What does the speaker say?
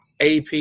AP